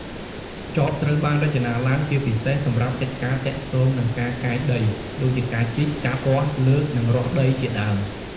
ចបត្រូវបានរចនាឡើងជាពិសេសសម្រាប់កិច្ចការទាក់ទងនឹងការកាយដីដូចជាការជីក កាប់ គាស់ លើកនិងរាស់ដី ជាដើម។